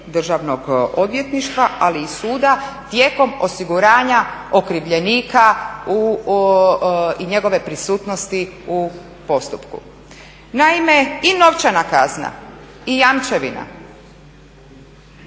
državnog odvjetništva ali i suda tijekom osiguranja okrivljenika i njegove prisutnosti u postupku. Naime, i novčana kazna i jamčevina